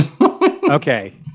okay